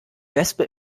wespe